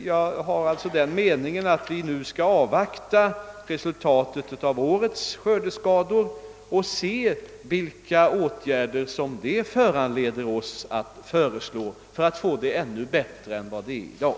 Jag är alltså av den uppfattningen, att vi skall avvakta tills vi fått reda på omfattningen av årets skördeskador och se vilka åtgärder som bör föreslås för att systemet skall fungera ännu bättre än det gör i dag.